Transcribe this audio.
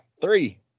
three